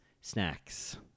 snacks